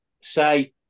say